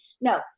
no